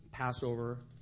Passover